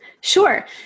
Sure